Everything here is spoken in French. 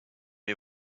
mes